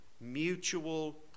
mutual